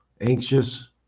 anxious